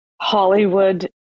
Hollywood